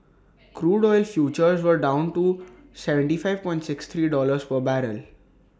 crude oil futures were down to seventy five pound sixty three dollar per barrel